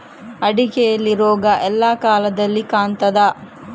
ಅಡಿಕೆಯಲ್ಲಿ ರೋಗ ಎಲ್ಲಾ ಕಾಲದಲ್ಲಿ ಕಾಣ್ತದ?